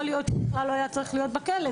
יכול להיות שהוא בכלל לא היה צריך להיות בכלא.